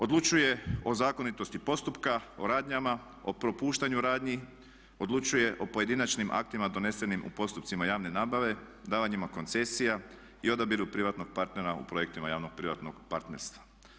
Odlučuje o zakonitosti postupka, o radnjama, o propuštanju radnji, odlučuje o pojedinačnim aktima donesenim u postupcima javne nabave, davanjima koncesija i odabiru privatnog partnera u projektima javnog privatnog partnerstva.